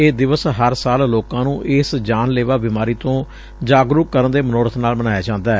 ਇਹ ਦਿਵਸ ਹਰ ਸਾਲ ਲੋਕਾਂ ਨੂੰ ਇਸ ਜਾਨ ਲੇਵਾ ਬਿਮਾਰੀ ਤੋ ਜਾਗਰੂਕ ਕਰਨ ਦੇ ਮਨੋਰਬ ਨਾਲ ਮਨਾਇਆ ਜਾਂਦੈ